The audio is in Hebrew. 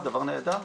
זה דבר נהדר,